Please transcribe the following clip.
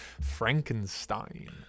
Frankenstein